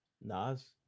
Nas